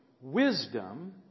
Wisdom